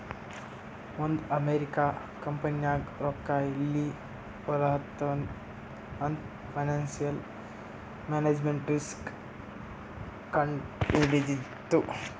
ಒಂದ್ ಅಮೆರಿಕಾ ಕಂಪನಿನಾಗ್ ರೊಕ್ಕಾ ಎಲ್ಲಿ ಹೊಲಾತ್ತಾವ್ ಅಂತ್ ಫೈನಾನ್ಸಿಯಲ್ ಮ್ಯಾನೇಜ್ಮೆಂಟ್ ರಿಸ್ಕ್ ಎ ಕಂಡ್ ಹಿಡಿತ್ತು